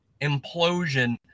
implosion